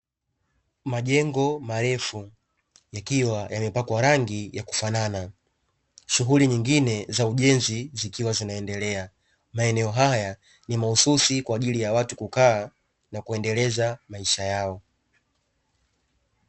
Majengo marefu yakiwa yamepakwa rangi ya kufanana, shughuli nyingine za ujenzi zikiwa zinaendelea. Maeneo haya ni mahususi kwa ajili ya watu kukaa na kuendeleza maisha yao.